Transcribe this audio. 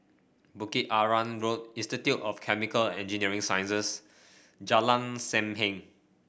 Bukit Arang Road Institute of Chemical Engineering Sciences Jalan Sam Heng